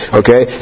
okay